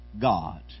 God